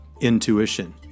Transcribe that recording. intuition